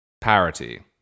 parity